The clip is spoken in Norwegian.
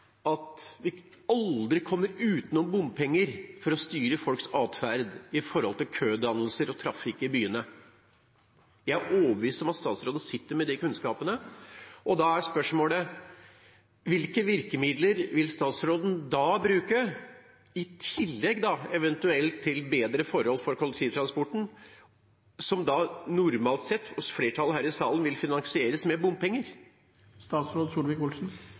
at vi aldri kommer utenom bompenger for å styre folks atferd knyttet til kødannelser og trafikk i byene. Jeg er overbevist om at statsråden sitter med de kunnskapene, og da er spørsmålet: Hvilke virkemidler vil statsråden bruke – i tillegg eventuelt til bedre forhold for kollektivtransporten, som normalt sett hos flertallet her i salen vil finansieres med bompenger?